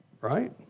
Right